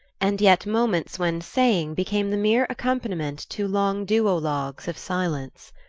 and yet moments when saying became the mere accompaniment to long duologues of silence.